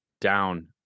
down